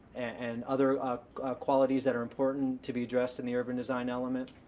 and other qualities that are important to be addressed in the urban design element.